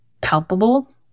palpable